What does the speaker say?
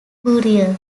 burial